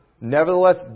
Nevertheless